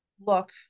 look